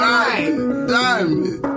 Diamond